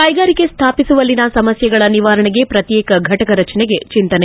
ಕೈಗಾರಿಕೆ ಸ್ವಾಪಿಸುವಲ್ಲಿನ ಸಮಸ್ಟೆಗಳ ನಿವಾರಣೆಗೆ ಪ್ರತ್ಯೇಕ ಫಟಕ ರಚನೆಗೆ ಚಿಂತನೆ